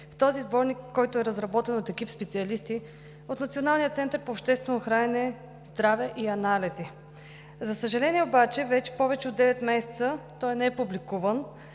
Този сборник е разработен от екип специалисти от Националния център по обществено здраве и анализи. За съжаление, вече повече от девет месеца той не е публикуван,